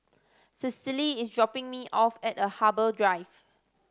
Cecily is dropping me off at the Harbour Drive